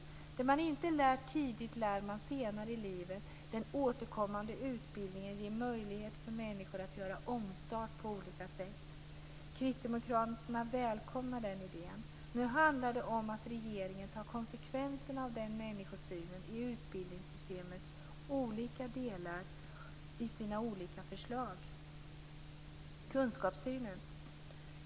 Det som man inte lärt tidigt lär man senare i livet. Den återkommande utbildningen ger möjligheter för människor att göra omstart på olika sätt. Kristdemokraterna välkomnar den idén. Nu handlar det om att regeringen tar konsekvenserna av den människosynen i utbildningssystemets olika delar i sina olika förslag. Beträffande kunskapssynen vill jag säga följande.